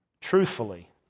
truthfully